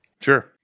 Sure